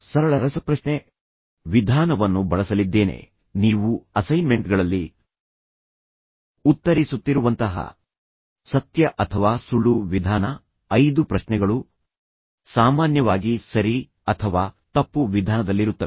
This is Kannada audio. ಸರಳ ರಸಪ್ರಶ್ನೆ ವಿಧಾನವನ್ನು ಬಳಸಲಿದ್ದೇನೆ ನೀವು ಅಸೈನ್ಮೆಂಟ್ಗಳಲ್ಲಿ ಉತ್ತರಿಸುತ್ತಿರುವಂತಹ ಸತ್ಯ ಅಥವಾ ಸುಳ್ಳು ವಿಧಾನ ಐದು ಪ್ರಶ್ನೆಗಳು ಸಾಮಾನ್ಯವಾಗಿ ಸರಿ ಅಥವಾ ತಪ್ಪು ವಿಧಾನದಲ್ಲಿರುತ್ತವೆ